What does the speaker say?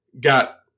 got